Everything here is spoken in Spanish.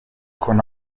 con